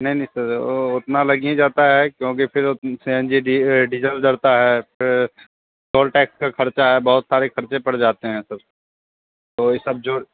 नहीं नहीं सर उतना उतना लग हीं जाता है क्योंकि फिर सी एन जी डीजल जलता है फिर टॉल टैक्स का ख़र्चा है बहुत सारे ख़र्चे पड़ जाते हैं तो तो वही सब जोड़